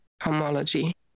homology